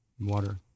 water